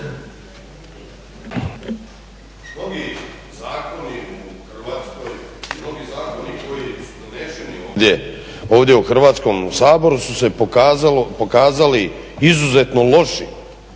Zoran (HDSSB)** Mnogi zakoni koji su doneseni ovdje u Hrvatskom saboru su se pokazali izuzetno lošim